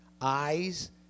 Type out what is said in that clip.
eyes